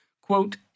quote